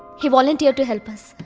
he volunteered to help us.